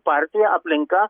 partija aplinka